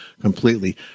completely